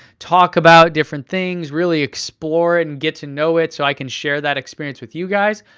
talk about different things, really explore it and get to know it so i can share that experience with you guys.